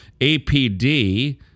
APD